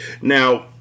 Now